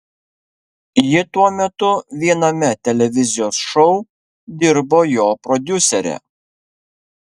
ji tuo metu viename televizijos šou dirbo jo prodiusere